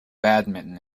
badminton